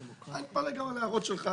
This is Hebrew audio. אני מתפלא גם על ההערות שלך,